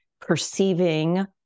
perceiving